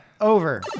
over